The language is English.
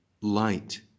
light